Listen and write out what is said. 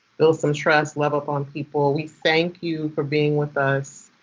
build some trust. love up on people. we thank you for being with us.